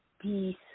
peace